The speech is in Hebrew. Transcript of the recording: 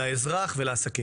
לאזרח ולעסקים.